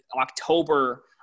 October